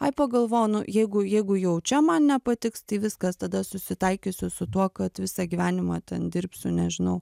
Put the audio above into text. ai pagalvojau nu jeigu jeigu jau čia man nepatiks tai viskas tada susitaikysiu su tuo kad visą gyvenimą ten dirbsiu nežinau